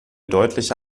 deutliche